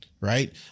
right